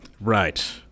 right